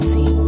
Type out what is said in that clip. See